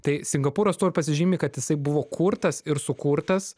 tai singapūras tuo ir pasižymi kad jisai buvo kurtas ir sukurtas